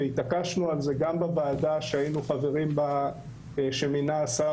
והתעקשנו על זה גם בוועדה שמינה השר